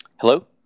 hello